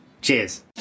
Cheers